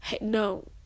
no